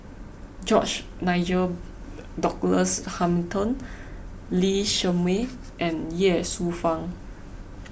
George Nigel Douglas Hamilton Lee Shermay and Ye Shufang